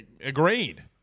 agreed